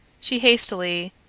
she hastily,